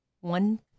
one